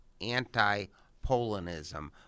anti-Polonism